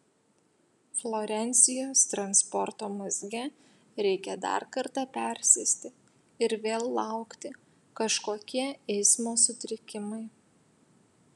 florencijos transporto mazge reikia dar kartą persėsti ir vėl laukti kažkokie eismo sutrikimai